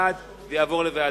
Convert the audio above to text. בעד, זה יעבור לוועדה.